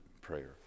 prayer